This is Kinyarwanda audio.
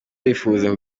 bifuza